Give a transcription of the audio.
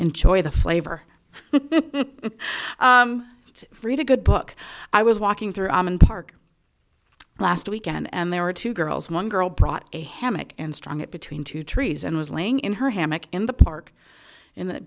enjoy the flavor free to good book i was walking through aman park last weekend and there were two girls one girl brought a hammock and strong it between two trees and was laying in her hammock in the park in the